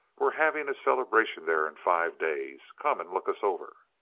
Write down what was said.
we're having a celebration there in five days. come and look us over.